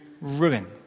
ruin